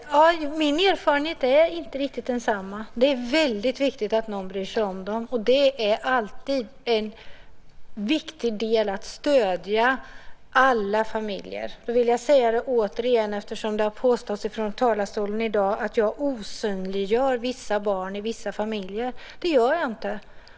Fru talman! Min erfarenhet är inte riktigt densamma. Det är väldigt viktigt att någon bryr sig om dem. Det är alltid en viktig del att stödja alla familjer. Jag vill säga det återigen eftersom det har påståtts ifrån talarstolen i dag att jag osynliggör vissa barn i vissa familjer. Det gör jag inte.